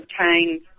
obtain